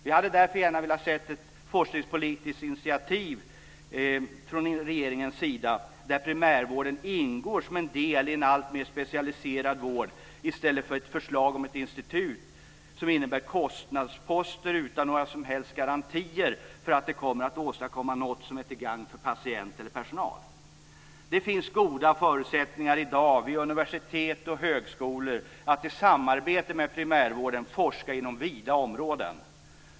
Vi hade därför gärna sett ett forskningspolitiskt initiativ från regeringens sida där primärvården ingår som en del i en alltmer specialiserad vård i stället för ett förslag som ett institut som innebär kostnadsposter utan några som helst garantier för att det kommer att åstadkomma något som är till gagn för patient eller personal. Det finns i dag goda förutsättningar vid universitet och högskolor att i samarbete med primärvården forska inom vida områden.